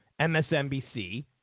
msnbc